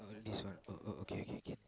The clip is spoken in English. oh this one oh oh okay K K